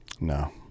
No